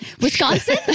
Wisconsin